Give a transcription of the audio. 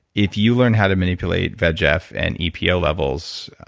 if you learn how to manipulate vegf and epo levels,